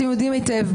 ואתם יודעים היטב,